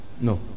no